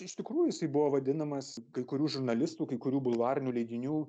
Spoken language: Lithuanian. iš tikrųjų jisai buvo vadinamas kai kurių žurnalistų kai kurių bulvarinių leidinių